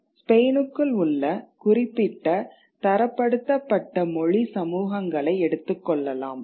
ஸ்பெயினுக்குள் உள்ள குறிப்பிட்ட தரப்படுத்தப்பட்ட மொழி சமூகங்களை எடுத்துக்கொள்ளலாம்